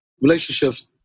relationships